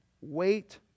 Wait